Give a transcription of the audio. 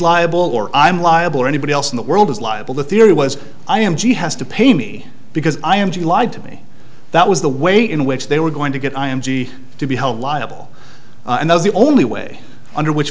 liable or i'm liable or anybody else in the world is liable the theory was i am she has to pay me because i am to lied to me that was the way in which they were going to get i m g to be held liable and that is the only way under which